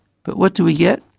but what do we get?